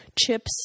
chips